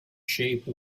shape